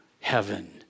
heaven